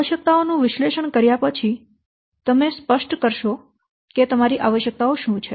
આવશ્યકતાઓનું વિશ્લેષણ કર્યા પછી તમે સ્પષ્ટ કરશો કે તમારી આવશ્યકતાઓ શું છે